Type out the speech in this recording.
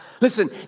Listen